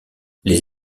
les